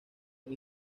una